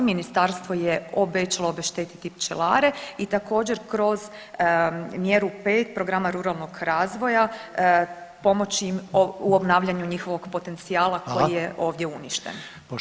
Ministarstvo je obećalo obeštetiti pčelare i također kroz mjeru 5 programa ruralnog razvoja pomoći im u obnavljanju njihovog potencijala [[Upadica: Hvala.]] koji je ovdje uništen.